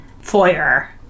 foyer